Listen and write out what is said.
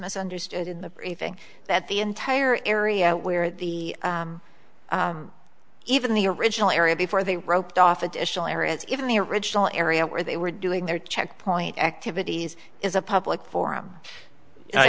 misunderstood in the briefing that the entire area where the even the original area before they roped off additional areas even the original area where they were doing their checkpoint activities is a public forum